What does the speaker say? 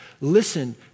listen